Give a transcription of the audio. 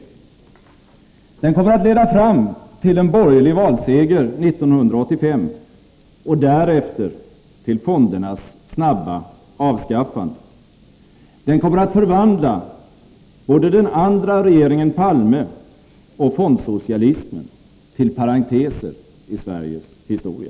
Den kommer att leda fram till en borgerlig valseger 1985 och därefter till fondernas snabba avskaffande. Den kommer att förvandla både den andra regeringen Palme och fondsocialismen till parenteser i Sveriges historia.